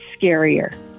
scarier